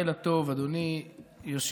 לילה טוב, אדוני היושב-ראש.